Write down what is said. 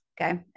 okay